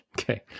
Okay